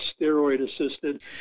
steroid-assisted